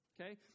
Okay